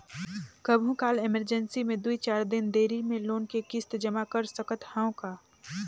कभू काल इमरजेंसी मे दुई चार दिन देरी मे लोन के किस्त जमा कर सकत हवं का?